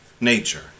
nature